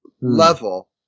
level